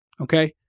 okay